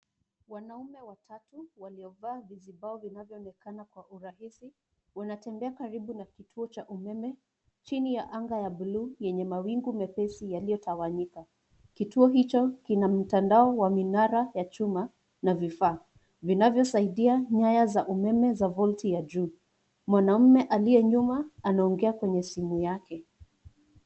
Wanaume watatu, waliovaa vizibao vinavyoonekana kwa urahisi, wanatembea karibu na kituo cha umeme, chini ya anga ya blue yenye mawingu mepesi yaliotawanyika. Kituo hicho kina mtandao ya minara ya chuma, na vifaa, vinavyosaidia nyaya za umeme za volti ya juu. Mwanaume aliye nyuma, anaongea kwenye simu yake.